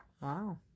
Wow